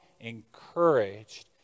encouraged